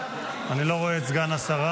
אני לא רואה את סגן השרה.